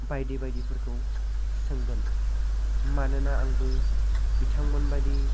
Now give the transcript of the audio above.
बायदि बायदिफोरखौ सोंगोन मानोना आंबो बिथांमोनबायदि